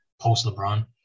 post-LeBron